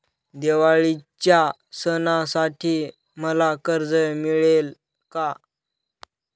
दिवाळीच्या सणासाठी मला कर्ज मिळेल काय?